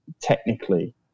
Technically